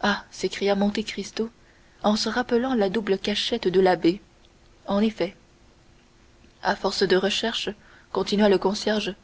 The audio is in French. ah s'écria monte cristo en se rappelant la double cachette de l'abbé en effet à force de recherches continua le concierge